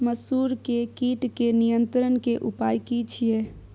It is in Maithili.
मसूर के कीट के नियंत्रण के उपाय की छिये?